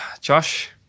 josh